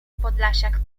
podlasiak